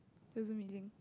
do some reading